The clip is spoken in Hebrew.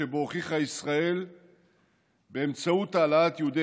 שבו הוכיחה ישראל באמצעות העלאת יהודי